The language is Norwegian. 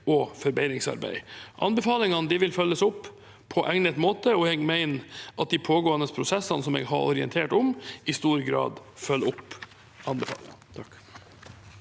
og forbedringsarbeid. Anbefalingene vil følges opp på egnet måte, og jeg mener at de pågående prosessene jeg har orientert om, i stor grad følger opp